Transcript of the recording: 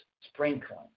sprinkling